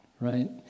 right